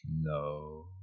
No